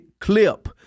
clip